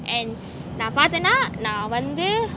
and நா பாத்தேனா நா வந்து:na paathenna na vanthu